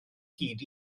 hyd